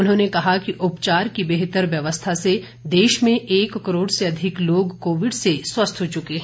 उन्होंने कहा कि उपचार की बेहतर व्यवस्था से देश में एक करोड़ से अधिक लोग कोविड से स्वस्थ हो चुके हैं